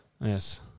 Yes